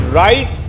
right